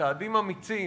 בצעדים אמיצים,